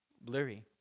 blurry